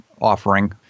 offering